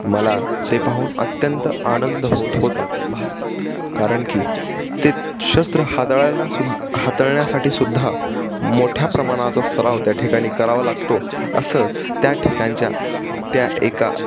मला ते पाहून अत्यंत आनंद होत होता कारण की ते शस्त्र हातळाना सु हातळण्यासाठी सुद्धा मोठ्या प्रमाणाचा सराव त्या ठिकाणी करावा लागतो असं त्या ठिकाणच्या त्या एका